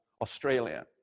Australia